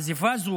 העזיבה הזו,